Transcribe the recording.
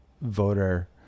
voter